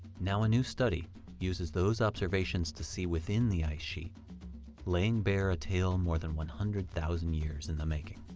now a new study uses those observations to see within the ice sheet laying bare a tale more than one hundred thousand years in the making.